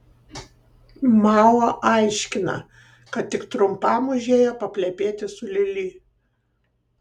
mao aiškina kad tik trumpam užėjo paplepėti su lili